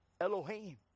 Elohim